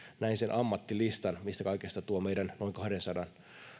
näin sen ammattilistan mistä kaikesta tuo meidän noin kahdensadan